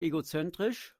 egozentrisch